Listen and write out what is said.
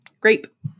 Grape